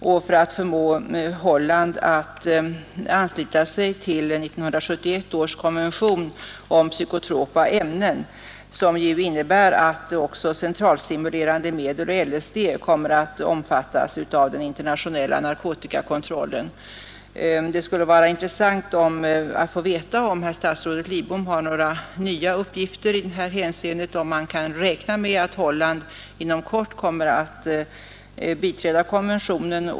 Man söker ju att förmå Holland att ansluta sig till 1971 års konvention om psykotropa ämnen, vilken innebär att även centralstimulerande medel och LSD omfattas av den internationella narkotikakontrollen. Det skulle vara intressant att få veta, om statsrådet Lidbom har några nya uppgifter att lämna om huruvida vi kan räkna med att Holland inom kort kommer att biträda konventionen.